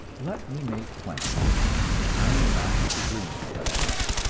let me make plain that i am not disagreeing with such men.